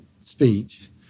speech